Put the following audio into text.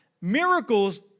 miracles